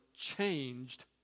changed